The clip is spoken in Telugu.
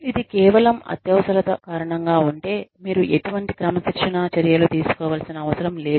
ఇది కేవలం అత్యవసరత కారణంగా ఉంటే మీరు ఎటువంటి క్రమశిక్షణా చర్యలు తీసుకోవలసిన అవసరం లేదు